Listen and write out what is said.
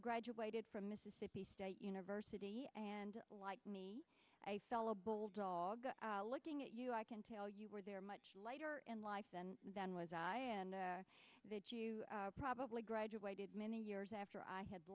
graduated from mississippi state university and like me a fellow bulldog looking at you i can tell you were there much later in life than than was i and that you probably graduated many years after i had